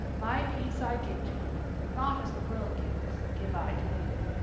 my peace i give to you not as the world gives, give i to you.